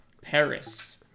Paris